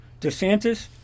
DeSantis